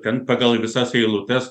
ten pagal visas eilutes